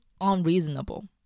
unreasonable